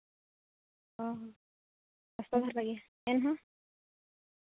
ᱚᱸᱻ ᱦᱚᱸ ᱮᱱᱦᱚᱸ